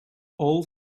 all